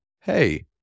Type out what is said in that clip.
Hey